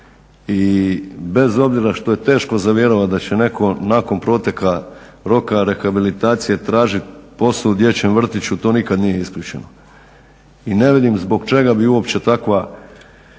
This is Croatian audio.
i bez obzira što je teško za vjerovati da će netko nakon proteka roka rehabilitacije tražiti posao u dječjem vrtiću to nikad nije isključeno. I ne vidim zbog čega bi uopće takva,